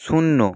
শূন্য